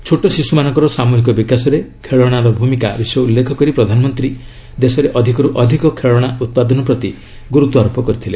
ଛୋଟ ଶିଶୁମାନଙ୍କର ସାମୁହିକ ବିକାଶରେ ଖେଳନାର ଭୂମିକା ବିଷୟ ଉଲ୍ଲ୍ରେଖ କରି ପ୍ରଧାନମନ୍ତ୍ରୀ ଦେଶରେ ଅଧିକରୁ ଅଧିକ ଖେଳନା ଉତ୍ପାଦନ ପ୍ରତି ଗୁରୁତ୍ୱାରୋପ କରିଥିଲେ